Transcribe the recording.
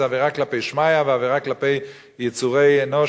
זו עבירה כלפי שמיא ועבירה כלפי יצורי תבל,